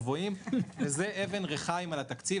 וזה אבן ריחיים על התקציב.